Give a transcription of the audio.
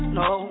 no